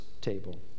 table